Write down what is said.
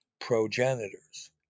progenitors